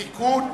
(תיקון)